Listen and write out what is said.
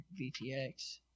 VTX